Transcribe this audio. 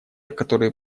которые